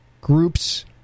group's